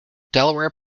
delaware